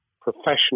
professional